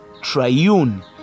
triune